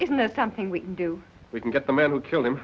isn't that something we can do we can get the man who killed him